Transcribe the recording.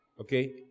Okay